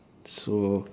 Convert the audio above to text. so